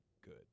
good